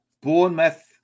Bournemouth